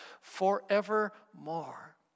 forevermore